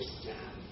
staff